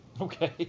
Okay